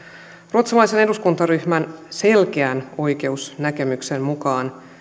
ruotsalaisen eduskuntaryhmän selkeän oikeusnäkemyksen mukaan